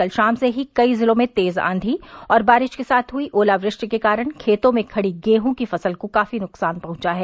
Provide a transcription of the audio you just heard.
कल शाम से ही कई जिलों में तेज आंधी और वारिश के साथ हुई ओलावृष्टि के कारण खेतों में खड़ी गेहूँ की फसल को काफी नुकसान पहुंचा है